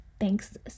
Thanks